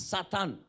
Satan